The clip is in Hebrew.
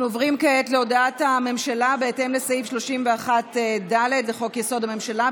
אנחנו עוברים כעת להודעת הממשלה בהתאם לסעיף 31(ד) לחוק-יסוד: הממשלה,